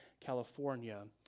california